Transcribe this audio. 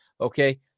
okay